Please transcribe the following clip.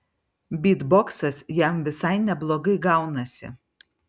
bytboksas jam visai neblogai gaunasi